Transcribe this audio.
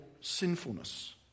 sinfulness